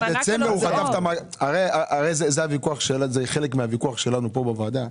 זה חלק מן הוויכוח שלנו בוועדה,